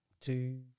Two